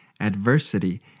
adversity